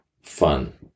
fun